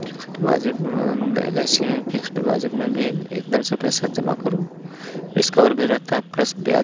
fix deposit में L I C में भी फिक्स डिपॉजिट में भी एकदम से पैसा जमा करो इसका और भी रहता है प्रेस ब्याज